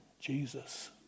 Jesus